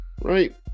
right